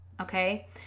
okay